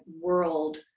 world